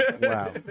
Wow